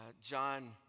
John